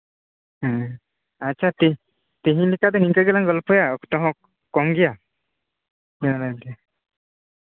ᱦᱮᱸ ᱟᱪᱪᱷᱟ ᱴᱷᱤᱠᱼᱴᱷᱤᱠ ᱛᱮᱦᱮᱧ ᱞᱮᱠᱟ ᱫᱚ ᱱᱤᱝᱠᱟ ᱜᱮᱞᱟᱝ ᱜᱚᱞᱯᱚᱭᱟ ᱚᱠᱛᱚ ᱦᱚᱸ ᱠᱚᱢᱜᱮᱭᱟ